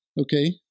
Okay